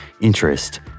interest